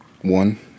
One